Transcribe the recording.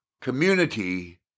community